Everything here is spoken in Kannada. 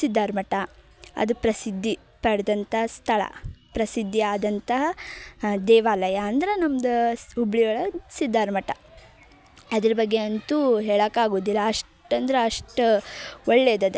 ಸಿದ್ಧಾರಮಠ ಅದು ಪ್ರಸಿದ್ಧಿ ಪಡೆದಂಥ ಸ್ಥಳ ಪ್ರಸಿದ್ಧಿ ಆದಂತಹ ದೇವಾಲಯ ಅಂದ್ರೆ ನಮ್ದು ಸ್ ಹುಬ್ಳಿಯೊಳಗ್ ಸಿದ್ಧಾರಮಠ ಅದ್ರ ಬಗ್ಗೆ ಅಂತೂ ಹೇಳಕ್ಕ ಆಗೋದಿಲ್ಲ ಅಷ್ಟಂದ್ರೆ ಅಷ್ಟು ಒಳ್ಳೆದದ